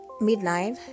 midnight